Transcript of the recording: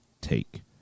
take